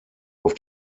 auf